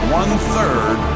one-third